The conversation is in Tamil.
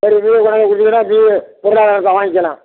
சரி இதுவே கொண்டாந்து கொடுத்தீங்கனா பொருளாதாரத்தை வாங்க்கிலாம்